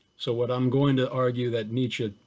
so what i'm going to argue that nietzsche,